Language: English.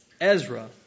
Ezra